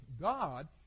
God